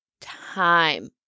time